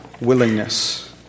willingness